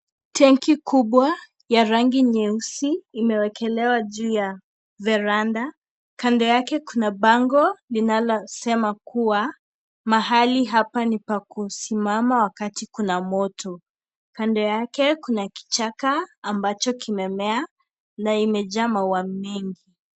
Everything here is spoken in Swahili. Tanki kubwa ya rangi nyeusi imewekelewa juu ya varanda. Kando yake kuna bango linalosema kuwa, mahali hapa ni pa kusimama wakati kuna moto. Kando yake, kuna kichaka ambacho kimemea na imejaa maua mengi.